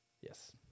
Yes